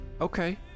Okay